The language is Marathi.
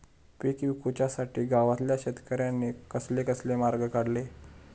पीक विकुच्यासाठी गावातल्या शेतकऱ्यांनी कसले कसले मार्ग काढले?